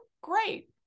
great